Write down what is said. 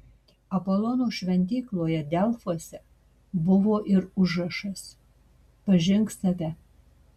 apolono šventykloje delfuose buvo ir užrašas pažink save